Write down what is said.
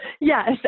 yes